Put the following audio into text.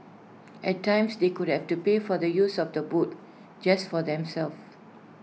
at times they could have to pay for the use of the boat just for themselves